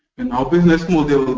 and our business model